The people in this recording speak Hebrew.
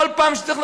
כל פעם שצריך,